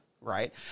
right